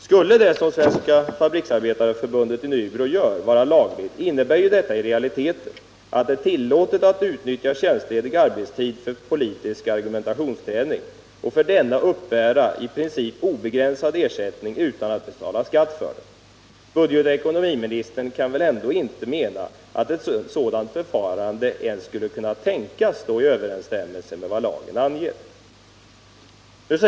Skulle det som Svenska fabriksarbetareförbundet i Nybro gör vara lagligt, innebär detta i realiteten att det är tillåtet att utnyttja tjänstledig arbetstid för politisk argumentationsträning och att för denna uppbära i princip obegränsad ersättning utan att betala skatt för den. Budgetoch ekonomiministern kan väl ändå inte mena att ett sådant förfarande ens skulle kunna tänkas stå i överensstämmelse med vad lagen anger.